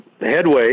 headway